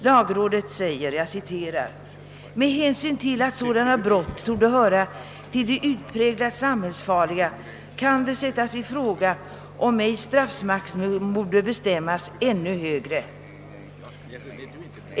Lagrådet säger: »Med hänsyn till att sådana brott torde höra till de utpräglat samhällsfarliga kan det sättas i fråga om ej straffmaximum borde bestämmas ännu högre.